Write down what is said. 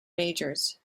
majors